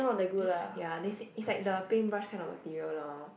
ya they say is like the paintbrush kind of material lor